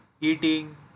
eating